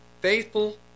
faithful